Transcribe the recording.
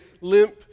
limp